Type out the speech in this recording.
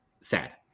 sad